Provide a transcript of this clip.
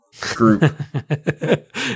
group